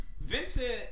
Vincent